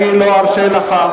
היא לא מסוגלת לשמוע.